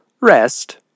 Rest